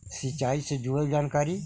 सिंचाई से जुड़ल जानकारी?